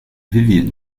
vivian